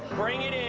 bring it it